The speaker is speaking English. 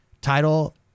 title